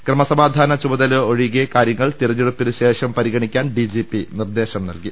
ക്രമസമാധാന ചുമതല ഒഴികെ കാര്യ ങ്ങൾ തിരഞ്ഞെടുപ്പിനു ശ്രേഷം പരിഗണിക്കാൻ ഡിജിപി നിർദ്ദേശം നൽകി